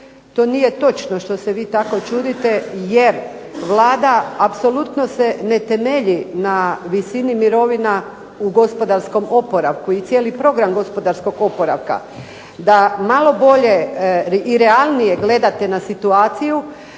To nije točno što se vi tako čudite, jer Vlada apsolutno se ne temelji na visini mirovina u gospodarskom oporavku i cijeli program gospodarskog oporavka. Da malo bolje i realnije gledate na situaciju,